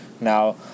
now